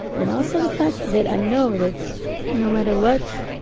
and also the fact that that i know that no matter what,